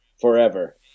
Forever